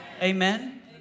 Amen